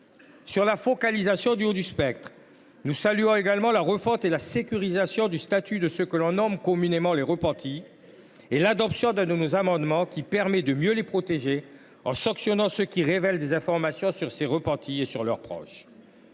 de la focalisation sur le haut du spectre, nous nous félicitons de la refonte et de la sécurisation du statut de ceux que l’on nomme communément les repentis et de l’adoption de l’un de nos amendements tendant à mieux les protéger en sanctionnant ceux qui révèlent des informations sur les repentis et leurs proches.